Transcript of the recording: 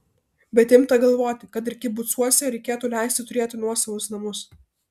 bet imta galvoti kad ir kibucuose reikėtų leisti turėti nuosavus namus